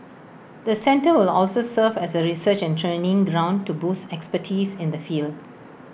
the centre will also serve as A research and training ground to boost expertise in the field